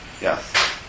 Yes